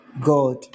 God